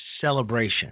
celebration